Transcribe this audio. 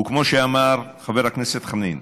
וכמו שאמר חבר הכנסת חנין,